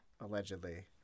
allegedly